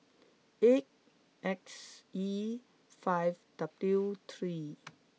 eight X E five W three